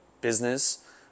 business